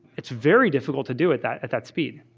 it's very difficult to do at that at that speed.